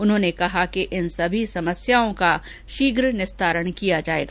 उन्होंने कहा कि इन सभी समस्याओं का शीघ्र निस्तारण किया जाएगा